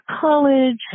college